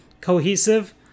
cohesive